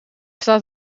staat